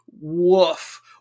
Woof